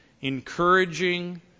encouraging